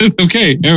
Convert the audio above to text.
okay